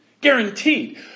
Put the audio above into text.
Guaranteed